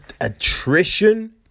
attrition